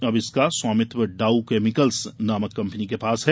अब इसका स्वामित्व डाउ केमिकल्स नामक कंपनी के पास है